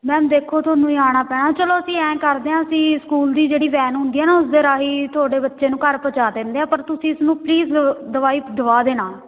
ma'am ਦੇਖੋ ਤੁਹਾਨੂੰ ਹੀ ਆਉਣਾ ਪੈਣਾ ਚਲੋ ਅਸੀਂ ਐਂ ਕਰਦੇ ਹਾਂ ਅਸੀਂ ਸਕੂਲ ਦੀ ਜਿਹੜੀ ਵੈਨ ਹੁੰਦੀ ਆ ਨਾ ਉਸ ਦੇ ਰਾਹੀਂ ਤੁਹਾਡੇ ਬੱਚੇ ਨੂੰ ਘਰ ਪਹੁੰਚਾ ਦਿੰਦੇ ਹਾਂ ਪਰ ਤੁਸੀਂ ਇਸ ਨੂੰ ਪਲੀਜ਼ ਦ ਦਵਾਈ ਦਵਾ ਦੇਣਾ